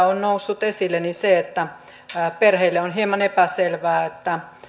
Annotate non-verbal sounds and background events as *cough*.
*unintelligible* on noussut esille on se että perheille on hieman epäselvää